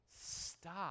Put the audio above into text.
Stop